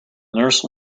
nurse